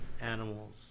Animals